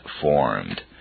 formed